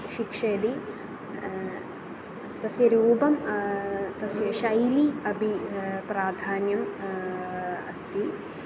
शिक्षयति तस्य रूपं तस्य शैली अपि प्राधान्यम् अस्ति